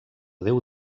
déu